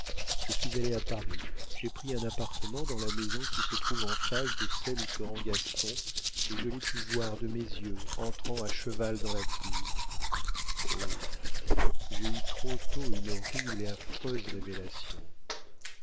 je suis allée à paris j'ai pris un appartement dans la maison qui se trouve en face de celle où se rend gaston et je l'ai pu voir de mes yeux entrant à cheval dans la cour oh j'ai eu trop tôt une horrible et affreuse révélation